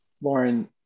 lauren